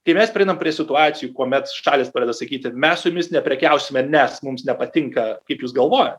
tai mes prieinam prie situacijų kuomet šalys pradeda sakyti mes jumis neprekiausime nes mums nepatinka kaip jūs galvojat